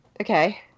Okay